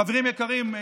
חברים יקרים,